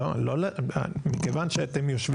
אז מגלים שיש בתי אב אין סופיים ביישוב